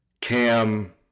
cam